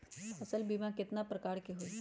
फसल बीमा कतना प्रकार के हई?